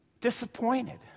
Disappointed